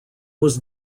was